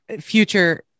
Future